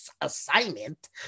assignment